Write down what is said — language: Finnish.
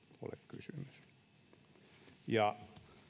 ole kysymys ja